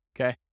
Okay